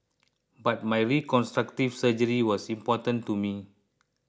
but my reconstructive surgery was important to me